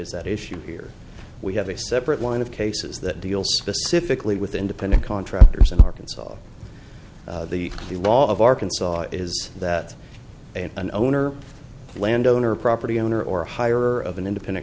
is at issue here we have a separate line of cases that deal specifically with independent contractors in arkansas the law of arkansas is that an owner landowner property owner or hire of an independent